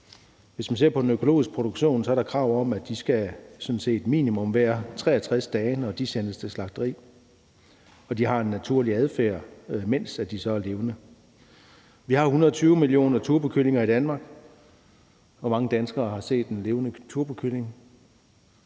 Hvis vi ser på den økologiske produktion, er der sådan set krav om, at kyllingerne minimum skal være 63 dage, når de sendes til slagteri, og at de har en naturlig adfærd, mens de er levende. Vi har 120 millioner turbokyllinger i Danmark. Hvor mange mennesker i Danmark har set en levende turbokylling?